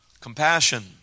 Compassion